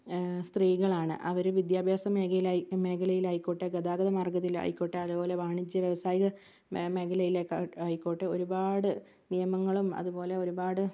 സ്ത്രീകളാണ് അവര് വിദ്യാഭ്യാസ മേഖലയില് മേഖലയിലായിക്കോട്ടെ ഗതാഗത മാർഗ്ഗത്തിലായിക്കോട്ടെ അതുപോലെ വാണിജ്യവ്യാവസായിക മേഖ മേഖലയിലേക്കായിക്കോട്ടെ ഒരുപാട് നിയമങ്ങളും അതുപോലെ ഒരുപാട്